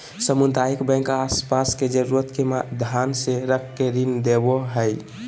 सामुदायिक बैंक आस पास के जरूरत के ध्यान मे रख के ऋण देवो हय